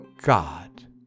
God